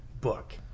book